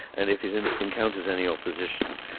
and if it um encounters any opposition,